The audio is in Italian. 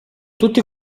tutti